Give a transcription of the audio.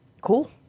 cool